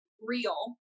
real